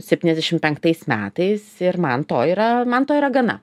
septyniasdešim penktais metais ir man to yra man to yra gana